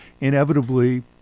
inevitably